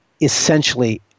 essentially